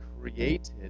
created